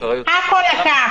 הכול לקח.